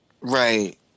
Right